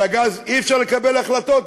על הגז אי-אפשר לקבל החלטות,